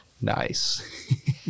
Nice